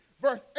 verse